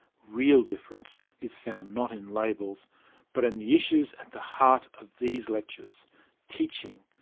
real difference is found not in labels but in the issues at the heart of these lectures teaching,